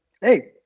hey